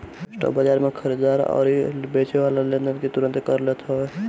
spot बाजार में खरीददार अउरी बेचेवाला लेनदेन के तुरंते कर लेत हवे